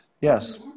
Yes